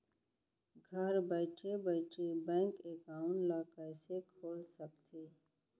घर बइठे बइठे बैंक एकाउंट ल कइसे खोल सकथे?